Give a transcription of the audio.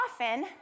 often